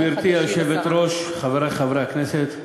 גברתי היושבת-ראש, חברי חברי הכנסת,